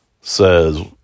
says